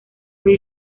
muri